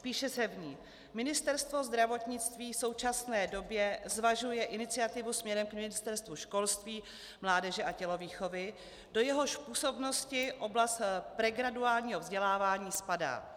Píše se v ní: Ministerstvo zdravotnictví v současné době zvažuje iniciativu směrem k Ministerstvu školství, mládeže a tělovýchovy, do jehož působnosti oblast pregraduálního vzdělávání spadá.